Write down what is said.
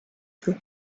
feu